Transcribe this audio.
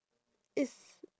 it's